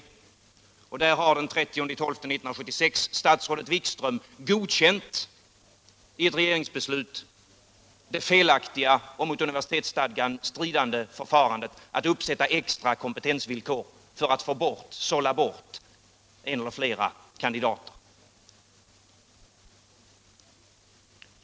I ett regeringsbeslut av den 30 december 1976 har statsrådet Wikström godkänt det felaktiga och mot universitetsstadgan stridande förfarandet att uppsätta extra kompetensvillkor för att sålla bort en eller flera kandidater.